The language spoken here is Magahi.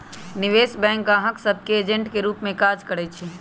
निवेश बैंक गाहक सभ के एजेंट के रूप में काज करइ छै